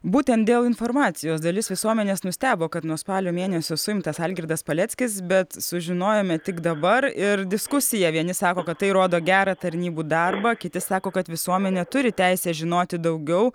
būtent dėl informacijos dalis visuomenės nustebo kad nuo spalio mėnesio suimtas algirdas paleckis bet sužinojome tik dabar ir diskusija vieni sako kad tai rodo gerą tarnybų darbą kiti sako kad visuomenė turi teisę žinoti daugiau